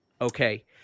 Okay